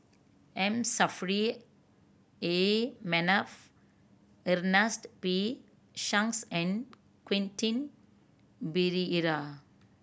M Saffri A Manaf Ernest P Shanks and Quentin Pereira